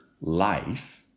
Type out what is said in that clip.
life